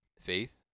Faith